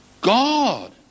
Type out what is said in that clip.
God